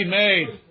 made